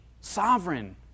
sovereign